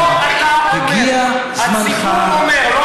הגיע זמנך לרדת.